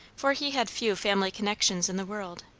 for he had few family connections in the world,